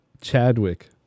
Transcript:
chadwick